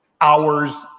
hours